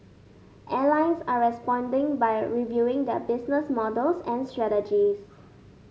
airlines are responding by reviewing their business models and strategies